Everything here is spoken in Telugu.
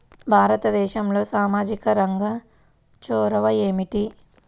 భారతదేశంలో సామాజిక రంగ చొరవ ఏమిటి?